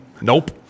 Nope